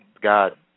god